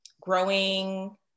growing